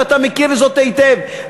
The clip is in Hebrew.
ואתה מכיר זאת היטב,